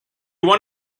won